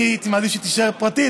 אני הייתי מעדיף שהיא תישאר פרטית,